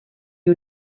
you